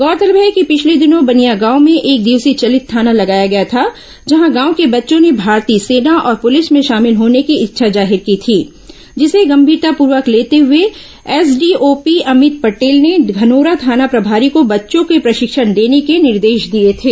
गौरतलब है कि पिछले दिनों बनियागांव में एकदिवसीय चलित थाना लगाया गया था जहां गांव के बच्चों ने भारतीय सेना और पुलिस में शामिल होने की इच्छा जाहिर की थी जिसे गंभीरतापूर्वक लेते हुए एसडीओपी अमित पटेल ने धनोरा थाना प्रभारी को बच्चों के प्रशिक्षण देने के निर्देश दिए थे